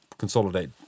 consolidate